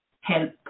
help